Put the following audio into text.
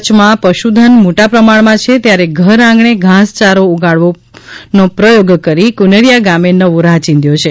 કચ્છમાં પશુધન મોટા પ્રમાણમાં છે ત્યારે ઘરઆંગણે ઘાસચારો ઉગાડવાનો પ્રયોગ કરી કુનરિયા ગામે નવો રાહ ચીંધ્યો છે